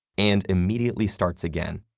and immediately starts again.